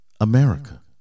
America